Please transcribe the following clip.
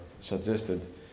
suggested